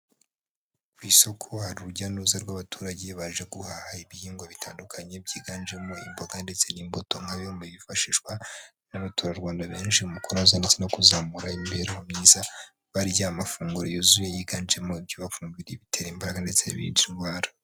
Ku isoko hari urujya n'uruza rw'abaturage baje guhaha ibihingwa bitandukanye, byiganjemo imboga ndetse n'imbuto nka bimwe mu byifashishwa n'abaturarwanda benshi mu kunoza ndetse no kuzamura imibereho myiza, barya amafunguro yuzuye yiganjemo ibyubaka umubiri, ibitera imbaraga ndetse n'ibirinda indwara.